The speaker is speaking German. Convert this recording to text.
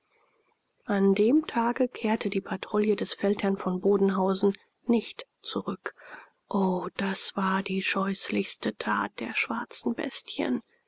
an dem tage kehrte die patrouille des freiherrn von bodenhausen nicht zurück o das war die scheußlichste tat der schwarzen bestien